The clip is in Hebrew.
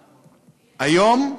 היום,